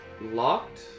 locked